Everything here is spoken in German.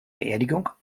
beerdigung